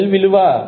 1 H